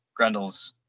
Grendels